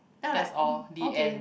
that's all the end